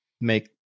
make